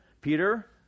Peter